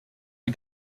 les